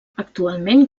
actualment